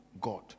God